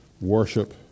worship